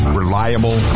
reliable